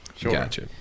Gotcha